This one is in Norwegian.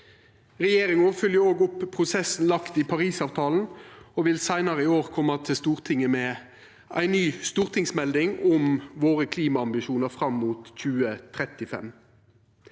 Regjeringa fylgjer òg opp prosessen som ligg i Parisavtalen, og vil seinare i år koma til Stortinget med ei ny stortingsmelding om våre klimaambisjonar fram mot 2035.